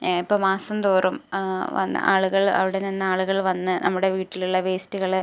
ഏഹ് ഇപ്പോൾ മാസം തോറും ആളുകൾ അവിടെ നിന്നാളുകൾ വന്ന് നമ്മുടെ വീട്ടിലുള്ള വേസ്റ്റുകൾ